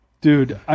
Dude